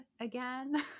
again